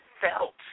felt